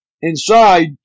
Inside